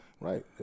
Right